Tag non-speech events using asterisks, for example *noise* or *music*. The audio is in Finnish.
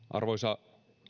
*unintelligible* arvoisa